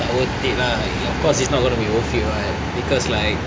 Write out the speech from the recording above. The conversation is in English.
tak worth it lah of course it's not gonna be worth it what because like